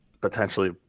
potentially